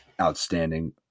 outstanding